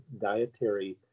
dietary